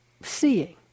seeing